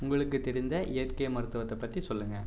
உங்களுக்கு தெரிந்த இயற்கை மருத்துவத்தை பற்றி சொல்லுங்கள்